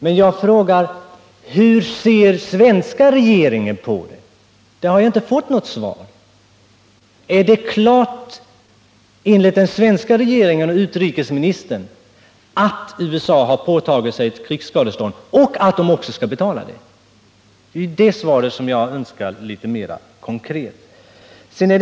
Men jag frågar: Hur ser svenska regeringen på det? Den frågan har jag inte fått något svar på. Är det enligt den svenska regeringen och utrikesministern klart att USA har påtagit sig ett krigsskadestånd och att detta också skall betalas? Den frågan önskar jag ett mera konkret svar på.